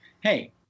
Hey